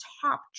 top